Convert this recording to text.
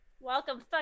welcome